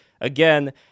again